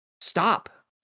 stop